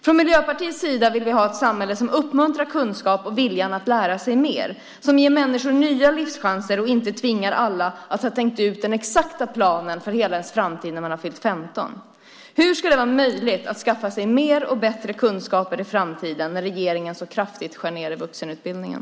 Från Miljöpartiets sida vill vi ha ett samhälle som uppmuntrar kunskap och viljan att lära sig mer, som ger människor nya livschanser och inte tvingar alla att ha tänkt ut den exakta planen för hela sin framtid när man har fyllt 15. Hur ska det vara möjligt att skaffa sig mer och bättre kunskaper i framtiden när regeringen så kraftigt skär ned i vuxenutbildningen?